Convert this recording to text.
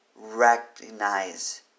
recognize